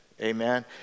Amen